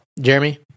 Jeremy